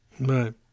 Right